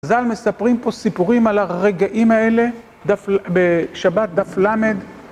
חז"ל מספרים פה סיפורים על הרגעים האלה בשבת דף למד